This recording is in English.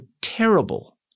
terrible